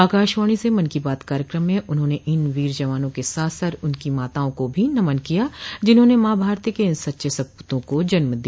आकाशवाणी से मन की बात कार्यक्रम में उन्होंने इन वीर जवानों के साथ साथ उनकी माताओं को भी नमन किया जिन्होंने मां भारती के इन सच्चे सप्तों को जन्म दिया